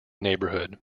neighborhood